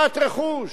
הקרן,